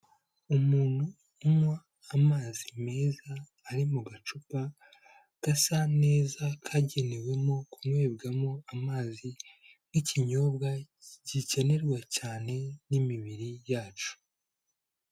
Umuntu unywa amazi meza, ari mu gacupa gasa neza, kagenewemo kunywebwamo amazi nk'ikinyobwa gikenerwa cyane n'imibiri yacu.